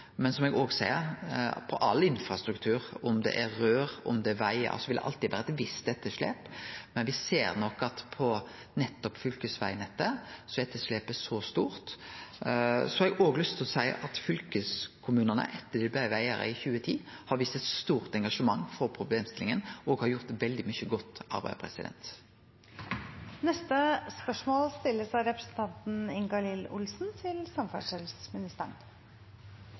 Eg vil seie at på all infrastruktur, anten det er rør eller vegar, vil det alltid vere eit visst etterslep, men me ser nok at på nettopp fylkesvegnettet er etterslepet stort. Eg har òg lyst til å seie at fylkeskommunane, etter at dei blei vegeigarar i 2010, har vist eit stort engasjement for problemstillinga og har gjort veldig mykje godt arbeid.